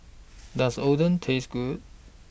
Does Oden Taste Good